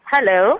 Hello